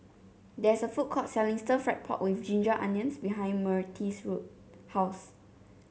there is a food court selling stir fry pork with Ginger Onions behind Myrtis' house